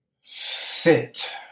Sit